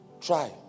Try